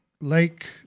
Lake